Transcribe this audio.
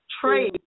trade